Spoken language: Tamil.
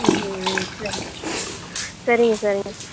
ம் ம் சரி சரிங்க சரிங்க